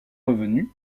revenue